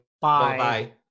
Bye